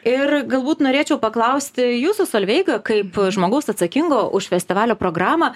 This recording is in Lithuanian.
ir galbūt norėčiau paklausti jūsų solveiga kaip žmogaus atsakingo už festivalio programą